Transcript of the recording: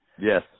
Yes